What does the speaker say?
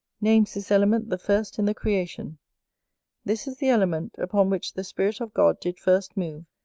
names this element the first in the creation this is the element upon which the spirit of god did first move,